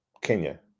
Kenya